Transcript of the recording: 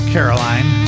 Caroline